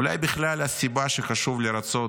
אולי בכלל הסיבה היא שחשוב לרצות